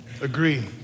Agree